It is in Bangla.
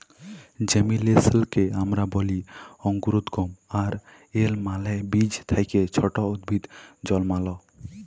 জেমিলেসলকে আমরা ব্যলি অংকুরোদগম আর এর মালে বীজ থ্যাকে ছট উদ্ভিদ জলমাল